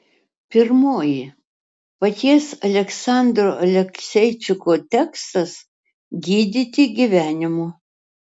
pirmoji paties aleksandro alekseičiko tekstas gydyti gyvenimu